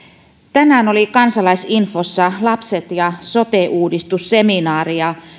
tänään oli kansalaisinfossa lapset ja sote uudistus seminaari ja